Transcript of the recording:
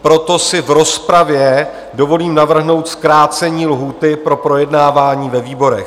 Proto si v rozpravě dovolím navrhnout zkrácení lhůty pro projednávání ve výborech.